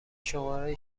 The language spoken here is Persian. شماره